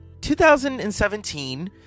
2017